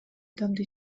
адамды